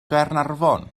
gaernarfon